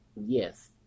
yes